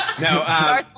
No